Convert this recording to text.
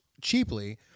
cheaply